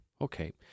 okay